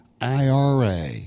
IRA